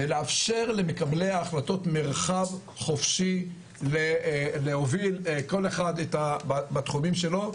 ולאפשר למקבלי ההחלטות מרחב חופשי להוביל כל אחד בתחומים שלו,